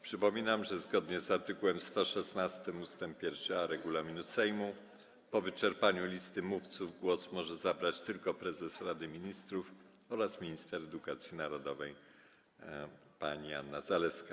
Przypominam, że zgodnie z art. 116 ust. 1a regulaminu Sejmu po wyczerpaniu listy mówców głos może zabrać tylko prezes Rady Ministrów oraz minister edukacji narodowej pani Anna Zalewska.